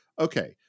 okay